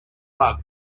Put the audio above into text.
rug